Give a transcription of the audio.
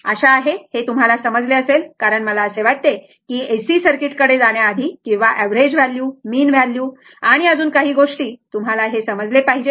आशा आहे हे तुम्हाला समजले असेल कारण मला असे वाटते की AC सर्किट कडे जाण्याआधी किंवा एवरेज व्हॅल्यू मीन व्हॅल्यू आणि अजून काही गोष्टी तुम्हाला हे समजले पाहिजे